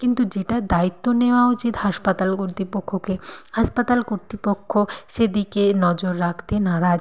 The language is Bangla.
কিন্তু যেটা দায়িত্ব নেওয়া উচিত হাসপাতাল কর্তৃপক্ষকে হাসপাতাল কর্তৃপক্ষ সেদিকে নজর রাখতে নারাজ